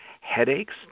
Headaches